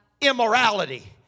Immorality